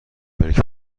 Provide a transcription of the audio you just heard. ملک